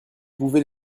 pouvez